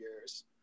years